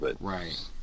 Right